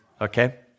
Okay